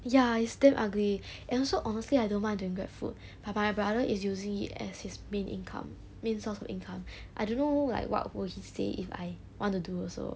ya it's damn ugly and also honestly I don't mind doing grab food my my my brother is using it as his main income main source of income I don't know like what will he say if I want to do also